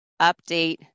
update